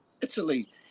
Italy